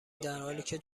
درحالیکه